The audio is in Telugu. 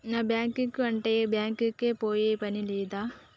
నాన్ బ్యాంకింగ్ అంటే బ్యాంక్ కి పోయే పని లేదా?